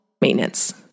maintenance